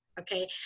Okay